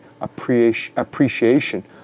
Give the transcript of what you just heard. appreciation